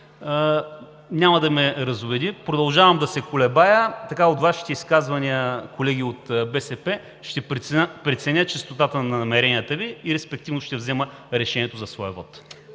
няма да ме разубеди. Продължавам да се колебая. От Вашите изказвания, колеги от БСП, ще преценя чистотата на намеренията Ви и респективно ще взема решението за своя вот.